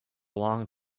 long